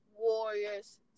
Warriors